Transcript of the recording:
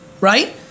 right